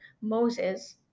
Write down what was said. Moses